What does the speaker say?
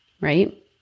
right